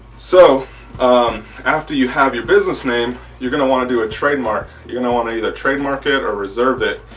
so after you have your business name you're going to want to do a trademark. you don't you know want to either trademark it or reserve it.